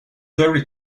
very